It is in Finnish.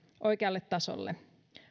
oikealle tasolle